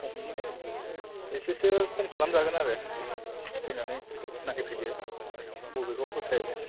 एसेसो खम खालामजागोन आरो फैनानै नायफैदो बबेखौ फसायो